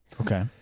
Okay